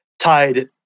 tied